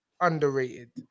underrated